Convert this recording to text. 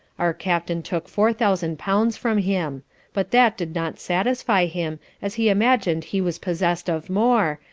our captain took four thousand pounds from him but that did not satisfy him, as he imagin'd he was possess'd of more,